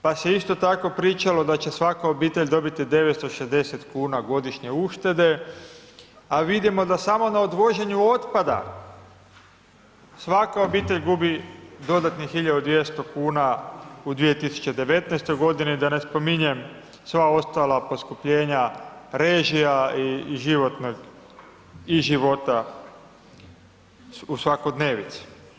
Pa se isto tako pričalo da će svaka obitelj dobiti 960 kn godišnje uštede, a vidimo da samo na odvoženju otpada, svaka obitelj gubi dodatnih 1200 kn u 2019. g. da ne spominjem sva ostala poskupljenja režija i života u svakodnevnici.